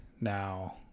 now